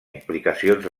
implicacions